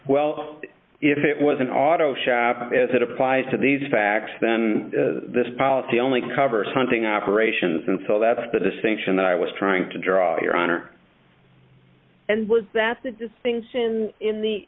if it was an auto shop as it applies to these facts then this policy only covers hunting operations and so that's the distinction i was trying to draw your honor and was that the distinction in the